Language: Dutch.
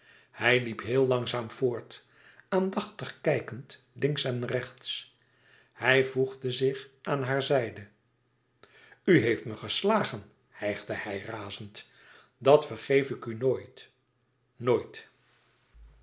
zij liep heel langzaam voort aandachtig kijkend links en rechts hij voegde zich aan hare zijde u heeft me geslagen hijgde hij razend dat vergeef ik u nooit nooit